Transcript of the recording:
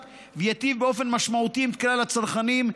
וייטיב באופן משמעותי עם כלל הצרכנים.